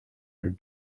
are